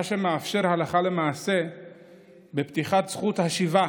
מה שמאפשר הלכה למעשה בפתיחת זכות השיבה